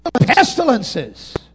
Pestilences